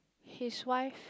his wife